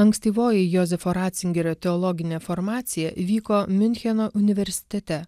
ankstyvoji jozefo ratzingerio teologinė formacija vyko miuncheno universitete